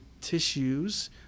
tissues